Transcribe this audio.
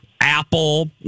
Apple